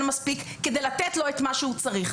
מספיק כדי לתת לו את מה שהוא צריך.